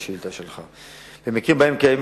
בתשובה על השאילתא שלך: במקרים שבהם קיימת